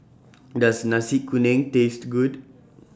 Does Nasi Kuning Taste Good